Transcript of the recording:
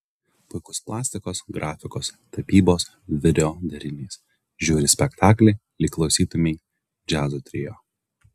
puikus plastikos grafikos tapybos video derinys žiūri spektaklį lyg klausytumei džiazo trio